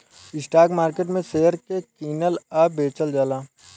stock market में share के कीनल आ बेचल जाला